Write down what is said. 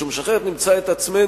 משום שאחרת נמצא את עצמנו,